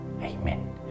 amen